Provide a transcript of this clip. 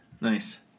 Nice